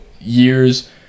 years